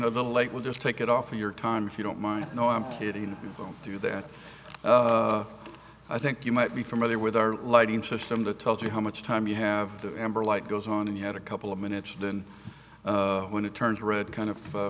no the lake will just take it off for your time if you don't mind no i'm kidding don't do that i think you might be familiar with our lighting system to tell you how much time you have that amber light goes on and you had a couple of minutes then when it turns red kind of